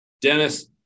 Dennis